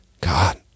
God